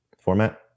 Format